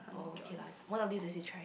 oh okay lah one of this as a try